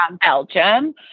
Belgium